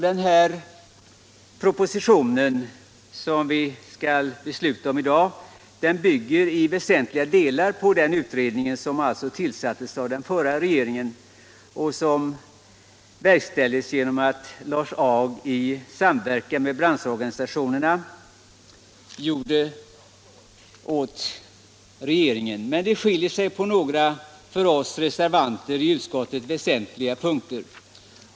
Denna proposition, som vi skall besluta om i dag, bygger i väsentliga delar på den utredningen som verkställdes av Lars Ag i samverkan med branschorganisationerna. Men det finns skillnader på några för oss reservanter i utskottet väsentliga punkter.